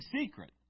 secret